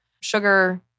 sugar